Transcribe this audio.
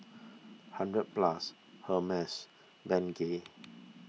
hundred Plus Hermes Bengay